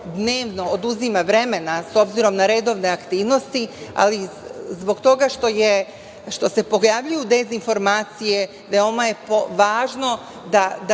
dnevno oduzima vremena, s obzirom na redovne aktivnosti, ali zbog toga što se pojavljuju dezinformacije veoma je važno da